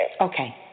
Okay